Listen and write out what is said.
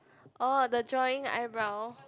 oh the drawing eyebrow